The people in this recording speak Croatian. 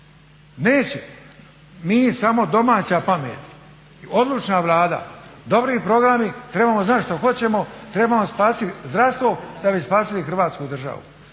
Neće! Mi samo domaća pamet, odlučna Vlada, dobri programi trebamo znat što hoćemo, trebamo spasit zdravstvo da bi spasili Hrvatsku državu.